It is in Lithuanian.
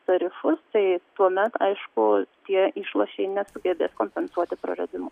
tarifus tai tuomet aišku tie išlošiai nesugebės kompensuoti praradimų